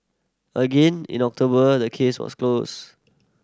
again in October the case was closed